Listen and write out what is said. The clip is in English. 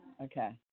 okay